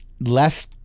less